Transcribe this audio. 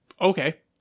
Okay